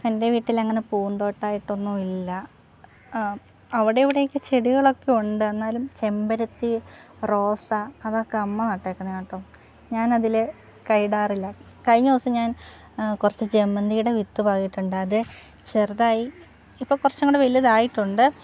എൻ്റെ വീട്ടിൽ അങ്ങനെ പൂന്തോട്ടം ആയിട്ടൊന്നുമില്ല അവിടെ ഇവിടെ ഒക്കെ ചെടികളൊക്കെ ഒണ്ട് എന്നാലും ചെമ്പരത്തി റോസ അതൊക്കെ അമ്മ നട്ടേക്കുന്നതാണ് കേട്ടോ ഞാൻ അതിൽ കയ്യിടാറില്ല കഴിഞ്ഞ ദിവസം ഞാൻ കുറച്ച് ജമന്തിയുടെ വിത്ത് പാകിയിട്ടുണ്ട് അത് ചെറുതായി ഇപ്പോൾ കുറച്ചും കൂടെ വലുതായിട്ടുണ്ട്